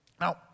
Now